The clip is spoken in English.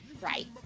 Right